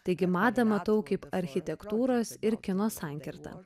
taigi madą matau kaip architektūros ir kino sankirtą